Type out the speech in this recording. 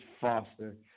Foster